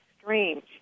strange